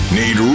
need